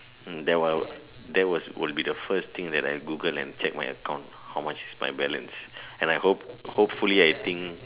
hmm that one that was will be the first thing that I Google and check my account how much is my balance and I hope hopefully I think